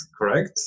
correct